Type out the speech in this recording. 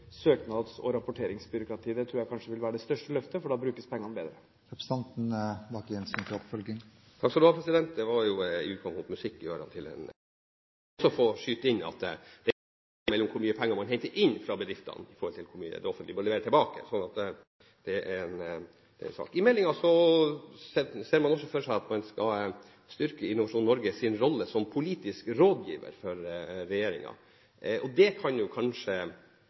søknads- og rapporteringsbyråkrati. Det tror jeg kanskje ville være det største løftet, for da brukes pengene bedre. Det var i utgangspunktet musikk i ørene til en Høyre-mann. Jeg vil også få skyte inn at det er en sammenheng mellom hvor mye penger man henter inn fra bedriftene i forhold til hvor mye det offentlige må levere tilbake – det er så sin sak. I meldingen ser man også for seg at man skal styrke Innovasjon Norges rolle som politisk rådgiver for regjeringen. Det kan kanskje